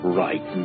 right